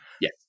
Yes